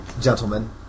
gentlemen